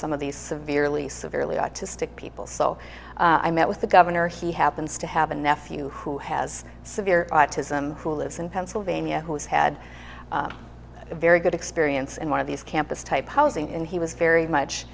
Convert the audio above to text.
some of these severely severely autistic people so i met with the governor he happens to have a nephew who has severe autism who lives in pennsylvania who has had a very good experience in one of these campus type housing and he was very